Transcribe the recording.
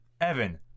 Evan